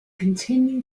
continue